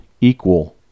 equal